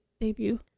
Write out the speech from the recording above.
debut